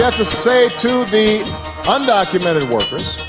ah to say to the undocumented workers,